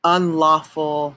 unlawful